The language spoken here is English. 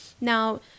Now